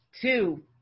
Two